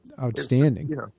outstanding